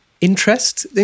interest